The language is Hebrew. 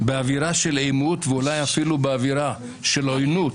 באווירה של עימות ואולי אפילו באווירה של עוינות